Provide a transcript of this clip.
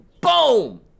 Boom